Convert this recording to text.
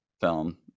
film